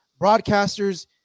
broadcasters